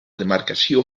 demarcació